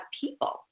people